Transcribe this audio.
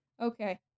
Okay